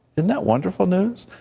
and not wonderful news?